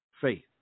faith